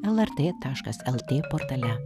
lrt taškas lt portale